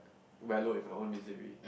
wallow in my own misery